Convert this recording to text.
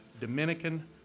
Dominican